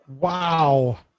wow